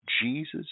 Jesus